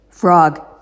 Frog